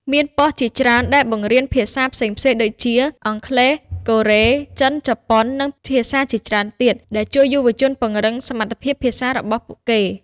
មានប៉ុស្តិ៍ជាច្រើនដែលបង្រៀនភាសាផ្សេងៗដូចជា អង់គ្លេស កូរ៉េ ចិន ជប៉ុន និងភាសាជាច្រើនទៀត ដែលជួយយុវជនពង្រឹងសមត្ថភាពភាសារបស់ពួកគេ។